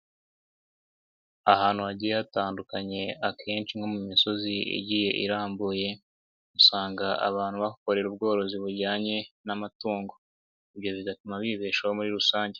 Ahantu hagiye hatandukanye, akenshi nko mu misozi igiye irambuye, usanga abantu bahakorera ubworozi bujyanye n'amatungo, ibyo bigatuma bibeshaho muri rusange.